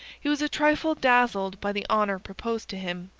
he was a trifle dazzled by the honour proposed to him,